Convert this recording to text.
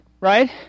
Right